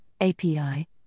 API